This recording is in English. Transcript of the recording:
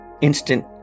instant